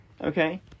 okay